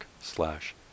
slash